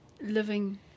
living